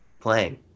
playing